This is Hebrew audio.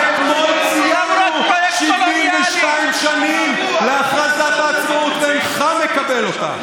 רק אתמול ציינו 72 שנים להכרזת העצמאות שאינך מקבל אותה.